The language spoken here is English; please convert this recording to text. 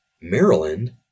Maryland